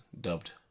dubbed